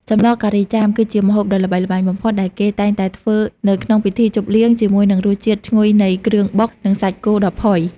សម្លការីចាម គឺជាម្ហូបដ៏ល្បីល្បាញបំផុតដែលគេតែងតែធ្វើនៅក្នុងពិធីជប់លៀង ជាមួយនឹងរសជាតិឈ្ងុយនៃគ្រឿងបុក និងសាច់គោដ៏ផុយ។